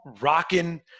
rocking